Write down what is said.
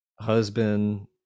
husband